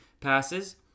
passes